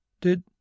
Did